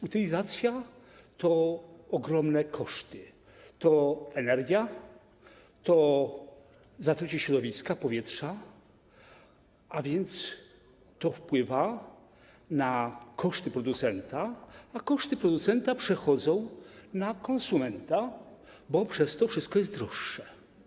Utylizacja to ogromne koszty, to energia, to zatrucie środowiska, powietrza, a więc to wpływa na koszty producenta, a koszty producenta przechodzą na konsumenta, bo przez to wszystko jest droższe.